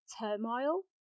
turmoil